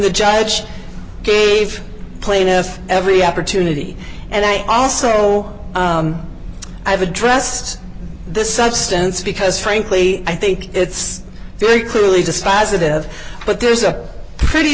the judge gave plaintiff every opportunity and i also know i've addressed the substance because frankly i think it's very clearly despise udev but there's a pretty